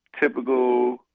typical